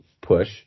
push